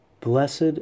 Blessed